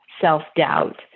self-doubt